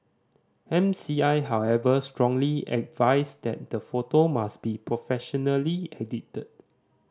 M C I however strongly advised that the photo must be professionally edited